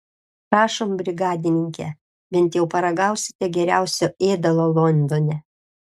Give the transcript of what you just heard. prašom brigadininke bent jau paragausite geriausio ėdalo londone